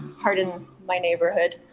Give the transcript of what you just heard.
heart in my neighborhood,